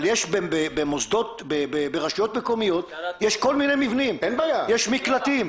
אבל יש ברשויות מקומיות כל מיני מבנים, יש מקלטים.